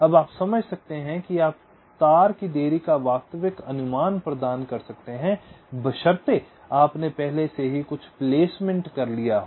अब आप समझ सकते हैं आप तार की देरी का वास्तविक अनुमान प्रदान कर सकते हैं बशर्ते आपने पहले से ही कुछ प्लेसमेंट कर लिया हो